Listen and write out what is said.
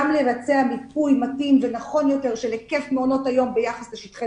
גם לבצע מיפוי נכון ומתאים של היקף מעונות היום ביחס לשטחי